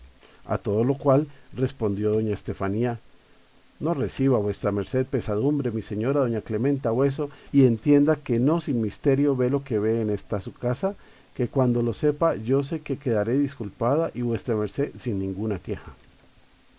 a todo lo cual respondió doña estefanía no reciba vuesa merced pesadumbre mi señora doña clementa bueso y entienda que no sin misterio ve lo que ve en esta su casa que cuando lo sepa yo sé que quedaré desculpada y vuesa merced sin ninguna q ueja